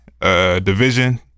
Division